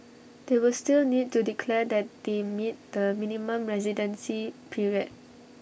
they will still need to declare that they meet the minimum residency period